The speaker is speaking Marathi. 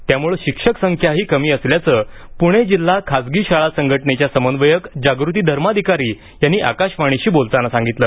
त्यामुळे शिक्षक संख्याही कमी असल्याचं पुणे जिल्हा खासगी शाळा संघटनेच्या समन्वयक जागृती धर्माधिकारी यांनी आकाशवाणीशी बोलताना सांगितलं